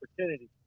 opportunity